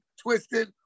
Twisted